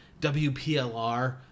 wplr